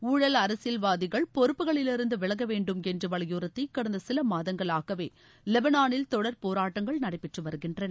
ஊழல் அரசியல் வாதிகள் பொறுப்புகளிலிருந்து விலக வேண்டும் என்று வலியுறுத்தி கடந்த சில மாதங்களாகவே வெபனானில் தொடர் போராட்டங்கள் நடைபெற்று வருகின்றன